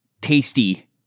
tasty